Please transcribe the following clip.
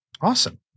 Awesome